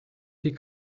die